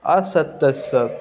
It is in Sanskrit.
असत्यस्य